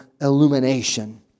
illumination